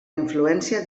influència